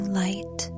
light